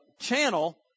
channel